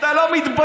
אתה לא מתבייש?